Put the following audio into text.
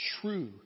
true